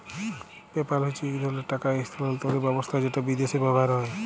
PayPal হছে ইক ধরলের টাকা ইসথালালতরের ব্যাবস্থা যেট বিদ্যাশে ব্যাভার হয়